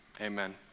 amen